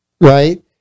right